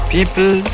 People